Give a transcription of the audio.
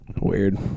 Weird